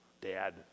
Dad